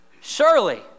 surely